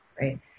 right